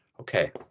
okay